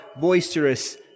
boisterous